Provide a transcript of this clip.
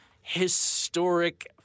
historic